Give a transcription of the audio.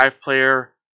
player